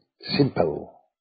simple